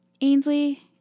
Ainsley